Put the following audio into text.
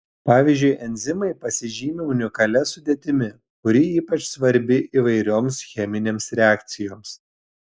pavyzdžiui enzimai pasižymi unikalia sudėtimi kuri ypač svarbi įvairioms cheminėms reakcijoms